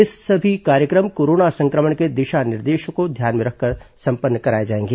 ये सभी कार्य क्र म कोरोना सं क्र मण के दिशा निर्देशों को ध्यान में रखकर संपन्न कराए जाएंगे